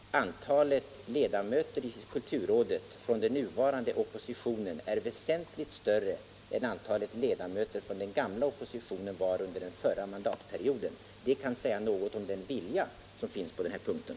Antalet ledamöter i kulturrådet från den nuvarande oppositionen är väsentligt större än antalet ledamöter från den gamla oppositionen var under den förra mandatperioden. Det kan säga något om den vilja som finns på den här punkten.